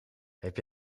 heb